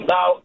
Now